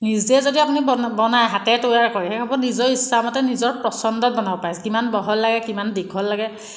নিজে যদি আপুনি বনাই হাতে তৈয়াৰ কৰে সেইসমূহ নিজৰ ইচ্ছামতে নিজৰ পচন্দত বনাব পাৰে কিমান বহল লাগে কিমান দীঘল লাগে